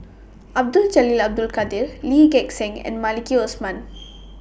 Abdul Jalil Abdul Kadir Lee Gek Seng and Maliki Osman